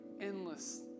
endless